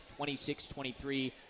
26-23